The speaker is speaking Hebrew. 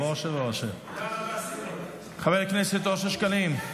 חבר הכנסת אושר שקלים.